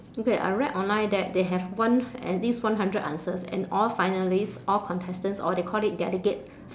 okay I read online that they have one at least one hundred answers and all finalists all contestants or they call it delegate